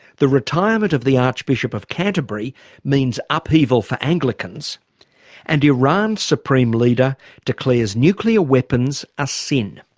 the retirement of the archbishop of canterbury means upheaval for anglicans and iran's supreme leader declares nuclear weapons a sin.